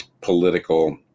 political